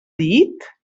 dit